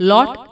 Lot –